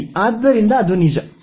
ಸರಿ ಆದ್ದರಿಂದ ಅದು ನಿಜ